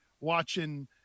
watching